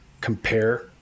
compare